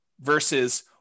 versus